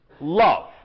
Love